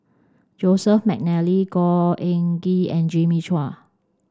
Joseph Mcnally Khor Ean Ghee and Jimmy Chua